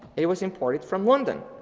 it was imported from london.